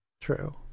True